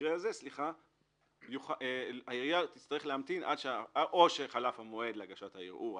במקרה הזה העירייה תצטרך להמתין או שחלף המועד להגשת הערעור,